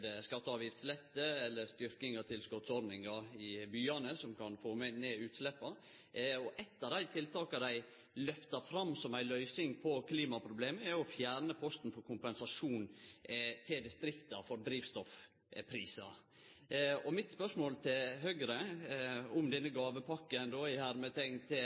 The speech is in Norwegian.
skatte- og avgiftslette og ei styrking av tilskotsordninga i byane slik at vi kan få ned utsleppa. Eitt av dei tiltaka dei lyftar fram som ei løysing på klimaproblemet, er å fjerne posten for kompensasjon til distrikta for drivstoffprisar. Mitt spørsmål til Høgre om denne «gåvepakka» til næringsliv og privatpersonar i distrikta er følgjande: Trur representanten Meling at dette kjem til